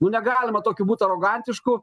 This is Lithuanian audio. nu negalima tokiu būti arogantišku